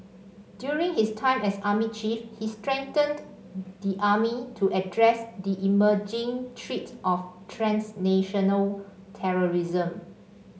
during his time as army chief he strengthened the army to address the emerging threat of transnational terrorism